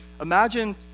imagine